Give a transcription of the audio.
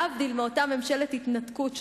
להבדיל מאותה ממשלת התנתקות,